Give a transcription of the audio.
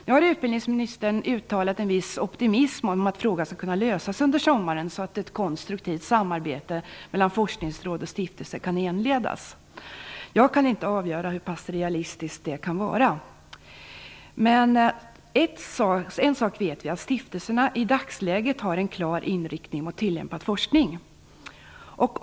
Nu har utbildningsministern uttalat en viss optimism om att frågan skall kunna lösas under sommaren så att ett konstruktivt samarbete mellan forskningsråd och stiftelser kan inledas. Jag kan inte avgöra hur pass realistiskt det kan vara, men en sak vet vi: Stiftelserna har i dagsläget en klar inriktning mot tillämpad forskning.